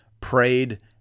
prayed